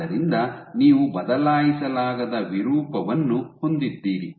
ಆದ್ದರಿಂದ ನೀವು ಬದಲಾಯಿಸಲಾಗದ ವಿರೂಪವನ್ನು ಹೊಂದಿದ್ದೀರಿ